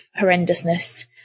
horrendousness